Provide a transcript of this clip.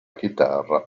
chitarra